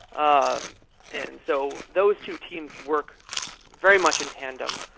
um and so those two teams work very much in tandem.